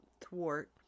thwart